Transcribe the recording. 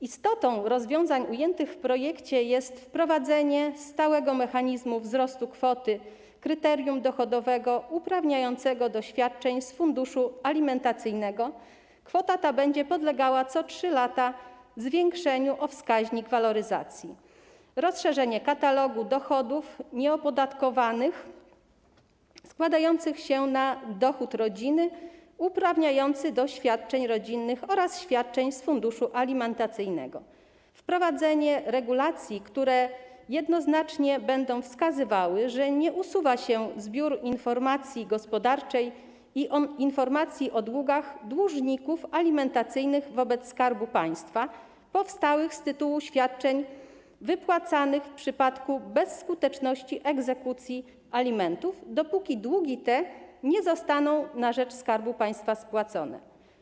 Istotą rozwiązań ujętych w projekcie jest: wprowadzenie stałego mechanizmu wzrostu kwoty kryterium dochodowego uprawniającego do świadczeń z funduszu alimentacyjnego - kwota ta co 3 lata będzie podlegała zwiększeniu o wskaźnik waloryzacji; rozszerzenie katalogu dochodów nieopodatkowanych składających się na dochód rodziny uprawniający do świadczeń rodzinnych oraz świadczeń z funduszu alimentacyjnego; wprowadzenie regulacji, które będą jednoznacznie wskazywały, że nie usuwa się z biur informacji gospodarczej informacji o długach dłużników alimentacyjnych wobec Skarbu Państwa powstałych z tytułu świadczeń wypłacanych w przypadku bezskuteczności egzekucji alimentów, dopóki te długi nie zostaną na rzecz Skarbu Państwa spłacone.